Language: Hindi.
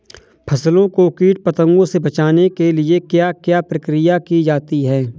फसलों को कीट पतंगों से बचाने के लिए क्या क्या प्रकिर्या की जाती है?